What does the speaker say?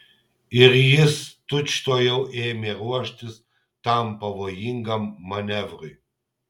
ir jis tučtuojau ėmė ruoštis tam pavojingam manevrui